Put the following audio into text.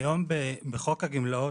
היום אם ניתנת תוספת של 100 שקלים,